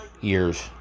years